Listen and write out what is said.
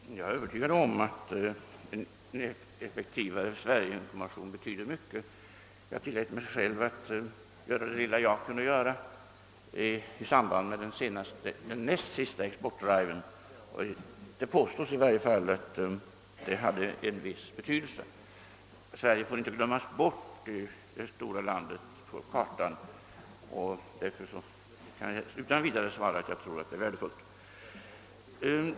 Herr talman! Jag är övertygad om att en effektivare Sverigeinformation betyder mycket. Jag tillät mig att göra det lilla jag kunde i samband med den näst sista exportdriven, och det påstås i varje fall att det hade en viss betydelse. Sverige får inte glömmas bort i det stora landet, och därför kan jag utan vidare svara att jag tror att det är värdefullt med en ökad information.